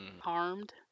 harmed